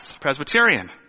Presbyterian